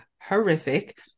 horrific